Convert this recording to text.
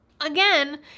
Again